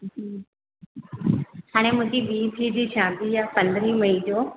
हाणे मुंहिंजी ॿीं धीअ जी शादी आहे पंदरहीं मई जो